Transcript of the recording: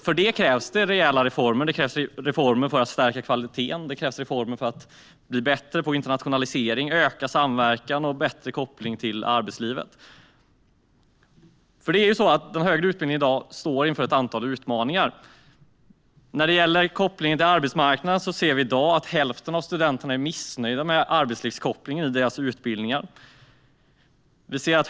För detta krävs det rejäla reformer för att stärka kvaliteten, för att bli bättre på internationalisering, för att öka samverkan och för att få en bättre koppling till arbetslivet. Den högre utbildningen står inför ett antal utmaningar i dag. Hälften av studenterna är missnöjda med arbetslivskopplingen i sin utbildning.